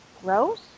gross